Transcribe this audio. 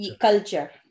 Culture